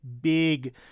big